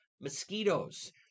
mosquitoes